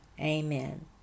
Amen